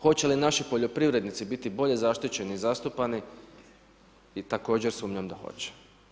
Hoće li naši poljoprivrednici biti bolje zaštićeni i zastupani, također sumnjam da hoće.